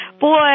Boy